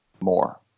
more